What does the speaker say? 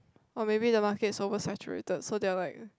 or maybe the market is over saturated so they were like